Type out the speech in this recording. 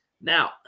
Now